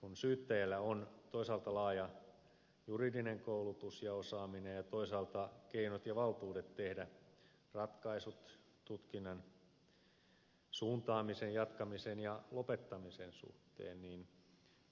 kun syyttäjällä on toisaalta laaja juridinen koulutus ja osaaminen ja toisaalta keinot ja valtuudet tehdä ratkaisut tutkinnan suuntaamisen jatkamisen ja lopettamisen suhteen